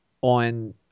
on –